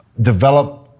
develop